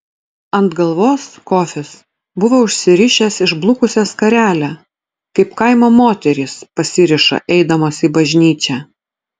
ant galvos kofis buvo užsirišęs išblukusią skarelę kaip kaimo moterys pasiriša eidamos į bažnyčią